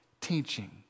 teaching